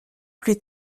plus